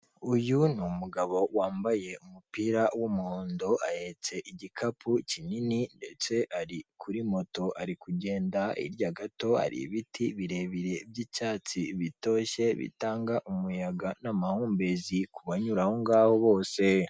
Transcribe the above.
Uyu ni umugabo wambaye umupira w'umuhondo, ahetse igikapu kinini ndetse kuri moto ari kugenda, hirya gato hari ibiti birebire by'icyatsi bitoshye bitanga n'amahumbezi ku banyurangaho bose.